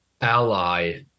ally